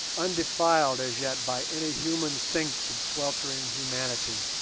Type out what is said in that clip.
undefiled as yet by any human sinks of sweltering humanity.